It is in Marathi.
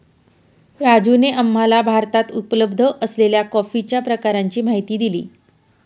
राजूने आम्हाला भारतात उपलब्ध असलेल्या कॉफीच्या प्रकारांची माहिती दिली